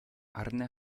arne